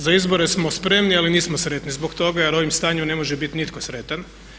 Za izbore smo spremni ali nismo sretni zbog toga jer u ovom stanju ne može biti nitko sretan.